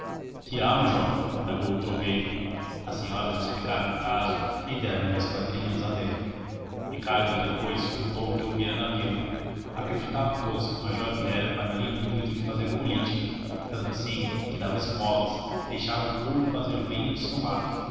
que há major indagou o troveiro as senhoras explicaram o caso e deram-lhe as quadrinhas a ler ricardo depois contou o que ouvira na vila acreditavam todos que o major viera para ali no intuito de fazer política tanto assim que dava esmolas deixava o povo fazer lenha no seu mato